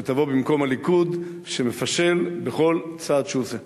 שתבוא במקום הליכוד שמפשל בכל צעד שהוא עושה.